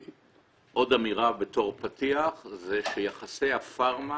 ועוד אמירה בתור פתיח זה שיחסי הפארמה